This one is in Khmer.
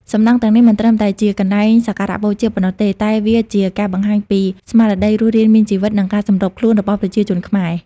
សំណង់ទាំងនេះមិនត្រឹមតែជាកន្លែងសក្ការបូជាប៉ុណ្ណោះទេ តែជាការបង្ហាញពីស្មារតីរស់រានមានជីវិត និងការសម្របខ្លួនរបស់ប្រជាជនខ្មែរ។